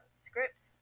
scripts